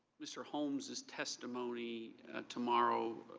mr. holmes's testimony tomorrow.